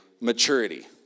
maturity